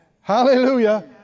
Hallelujah